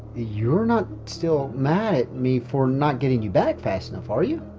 you're not still mad at me for not getting you back fast enough, are you?